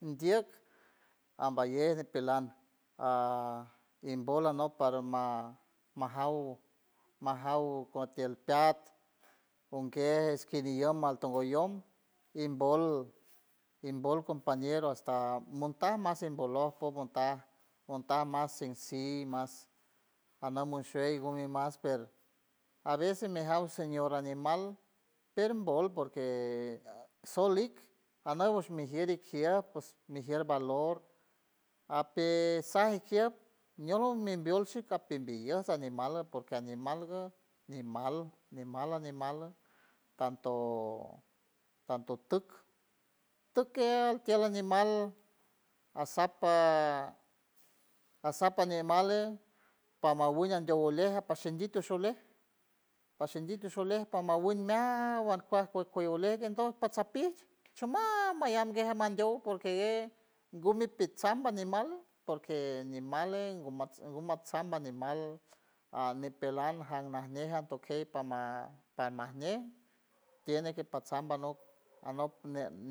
Mdietj ambayej mipeland a in bola not parama majauw, majauw guti alpiat unguie skini yoman tonmoyol involt involt compañero hasta montar mas envolopo montar mas ensi mas andomo en sheybu en masper aveces mijauseñor mas animal perimvolt porque solik anovesh mejiere jiartus mejiere valor a pesar del tiempou mion mimviolt chicaj envidiosas ni mala porque animalgu nimala ni mala tanto tanto tuk tuk tukialj animal a sapa a sapa animale pamawiliam dionilegua pashanditu shulej pashanditu shiulej pamanguil meawuan por coyoleren wou pasa pish shumbambay gueangueyje meandoy porque eyej gumi pitsam animales porque animales gumatsam banimal am nipeland jajnaniel atokey pamajñe tiene que patsam anot anot